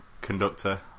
conductor